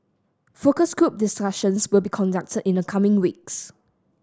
focus group discussions will be conducted in the coming weeks